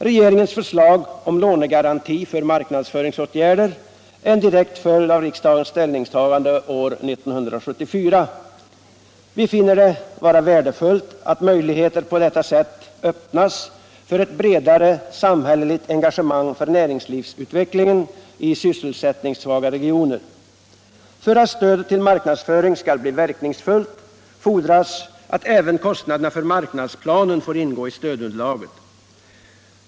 Regeringens förslag om lånegaranti för marknadsföringsåtgärder är en direkt följd av riksdagens ställningstagande år 1974. Vi finner det vara värdefullt att möjligheter på detta sätt öppnas för ett bredare samhälleligt engagemang för näringslivsutvecklingen i sysselsättningssvaga regioner. För att stödet till marknadsföring skall bli verkningsfullt fordras att även kostnaderna för marknadsplanen får ingå i stödunderlaget.